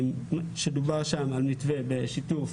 דובר על מתווה בשיתוף